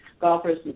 golfers